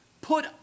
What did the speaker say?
put